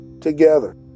together